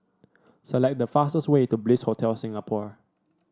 select the fastest way to Bliss Hotel Singapore